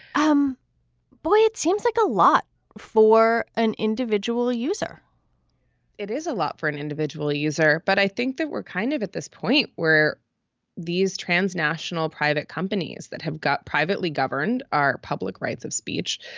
um boy, it seems like a lot for an individual user it is a lot for an individual user. but i think that we're kind of at this point where these transnational private companies that have got privately governed are public rights of speech.